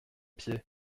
pieds